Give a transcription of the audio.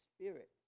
Spirit